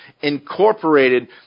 incorporated